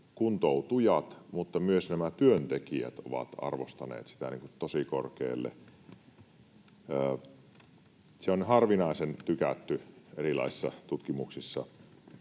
kuntoutujat, mutta myös nämä työntekijät ovat arvostaneet sitä tosi korkealle. Se on harvinaisen tykätty erilaisissa tutkimuksissa.